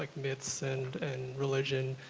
like myths and religion.